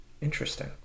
Interesting